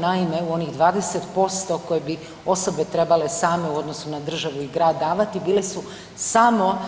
Naime, u onih 20% koje bi osobe trebale same u odnosu na državu i grad davati bili su samo